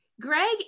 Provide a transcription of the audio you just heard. Greg